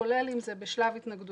כולל אם זה בשלב ההתנגדויות.